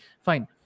Fine